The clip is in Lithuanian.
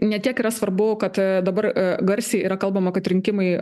ne tiek yra svarbu kad dabar garsiai yra kalbama kad rinkimai